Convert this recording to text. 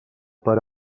per